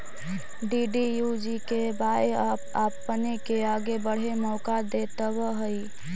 DDUGKY आपपने के आगे बढ़े के मौका देतवऽ हइ